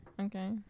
okay